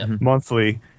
monthly